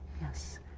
Yes